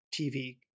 TV